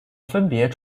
分别